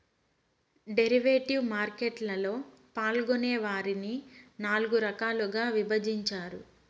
derivative market లలో పాల్గొనే వారిని నాల్గు రకాలుగా విభజించారు